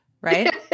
right